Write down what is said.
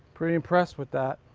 pretty impressed with that.